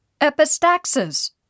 Epistaxis